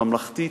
ממלכתית,